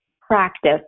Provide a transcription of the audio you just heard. practice